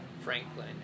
Franklin